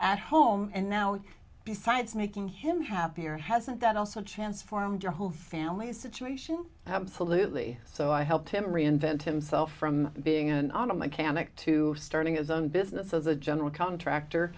at home and now besides making him happier hasn't that also chance formed your whole family situation absolutely so i helped him reinvent himself from being an auto mechanic to starting his own business as a general contractor